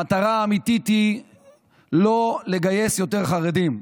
המטרה האמיתית היא לא לגייס יותר חרדים.